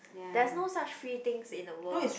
there's no such free things in the world